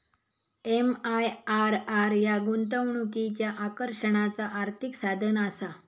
MIRR ह्या गुंतवणुकीच्या आकर्षणाचा आर्थिक साधनआसा